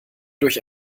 durch